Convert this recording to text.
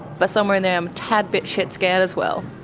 but somewhere in there i'm a tad bit shit scared as well.